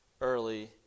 early